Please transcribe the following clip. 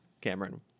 Cameron